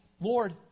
Lord